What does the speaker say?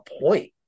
point